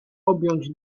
objąć